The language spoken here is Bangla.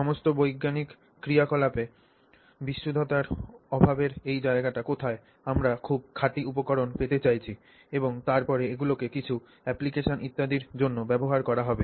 সমস্ত বৈজ্ঞানিক ক্রিয়াকলাপে বিশুদ্ধতার অভাবের এই জায়গাটা কোথায় আমরা খুব খাঁটি উপকরণ পেতে চাইছি এবং তারপরে এগুলিকে কিছু অ্যাপ্লিকেশন ইত্যাদির জন্য ব্যবহার করা হবে